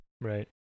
right